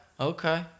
okay